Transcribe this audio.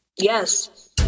Yes